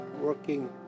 working